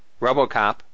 RoboCop